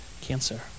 cancer